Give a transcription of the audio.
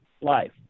life